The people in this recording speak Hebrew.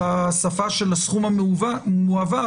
בשפה של הסכום המועבר,